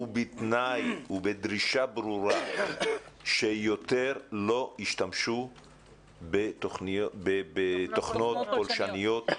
ובתנאי ובדרישה ברורה שיותר לא ישתמשו בתוכנות פולשניות.